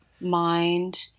mind